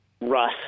Russ